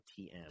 TM